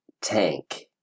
tank